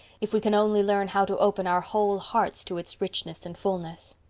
if we can only learn how to open our whole hearts to its richness and fulness.